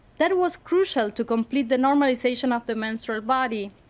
that was crucial to complete the normalization of the menstrual body.